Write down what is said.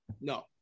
No